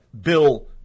Bill